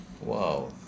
Wow